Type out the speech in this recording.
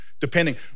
depending